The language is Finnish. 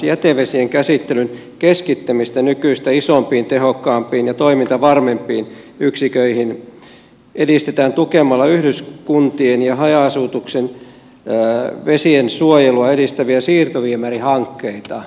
jätevesien käsittelyn keskittämistä nykyistä isompiin tehokkaampiin ja toimintavarmempiin yksiköihin edistetään tukemalla yhdyskuntien ja haja asutuksen vesiensuojelua edistäviä siirtoviemärihankkeita